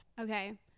Okay